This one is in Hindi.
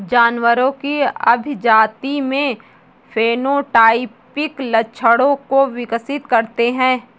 जानवरों की अभिजाती में फेनोटाइपिक लक्षणों को विकसित करते हैं